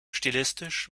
stilistisch